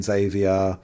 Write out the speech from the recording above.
Xavier